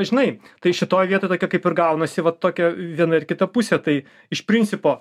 žinai tai šitoje vietoj tokia kaip ir gaunasi va tokia viena ir kita pusė tai iš principo